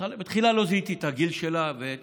בתחילה לא זיהיתי את הגיל שלה, אמרתי,